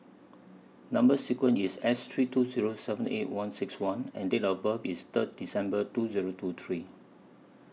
Number sequence IS S three two Zero seven eight one six one and Date of birth IS Third December two Zero two three